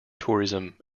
tourism